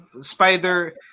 Spider